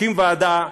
מקים ועדה,